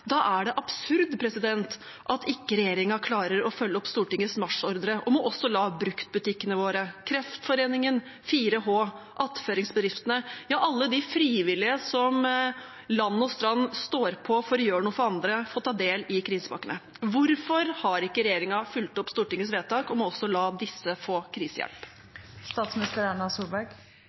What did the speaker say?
er det absurd at ikke regjeringen klarer å følge opp Stortingets marsjordre om også å la bruktbutikkene våre, Kreftforeningen, 4H, attføringsbedriftene, ja alle de frivillige som land og strand rundt står på for å gjøre noe for andre, få ta del i krisepakkene. Hvorfor har ikke regjeringen fulgt opp Stortingets vedtak om også å la disse få